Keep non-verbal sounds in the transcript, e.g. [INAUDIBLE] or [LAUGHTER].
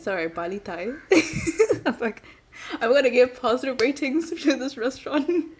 sorry bali thai [LAUGHS] I was like I want to give positive ratings to this restaurant [LAUGHS]